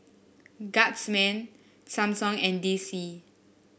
Guardsman Samsung and D C